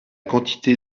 quantité